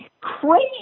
crazy